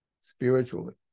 spiritually